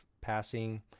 passing